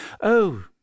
Oh